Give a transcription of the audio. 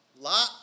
Lot